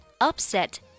Upset